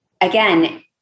again